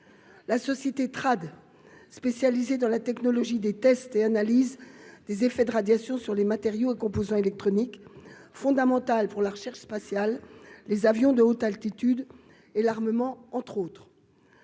la société Trade, spécialisée dans la technologie des tests et analyses des effets de radiation sur les matériaux et composants électroniques fondamental pour la recherche spatiale, les avions de haute altitude et l'armement, entre autres,